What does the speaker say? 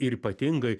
ir ypatingai